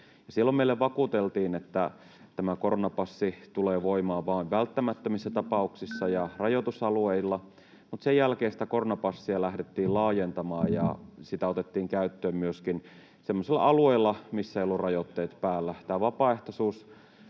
Silloin meille vakuuteltiin, että tämä koronapassi tulee voimaan vain välttämättömissä tapauksissa ja rajoitusalueilla, mutta sen jälkeen koronapassia lähdettiin laajentamaan ja sitä otettiin käyttöön myöskin semmoisilla alueilla, missä eivät olleet rajoitteet päällä.